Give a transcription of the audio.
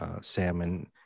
salmon